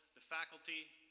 the faculty,